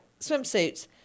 swimsuits